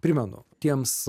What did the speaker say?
primenu tiems